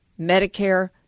Medicare